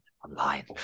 online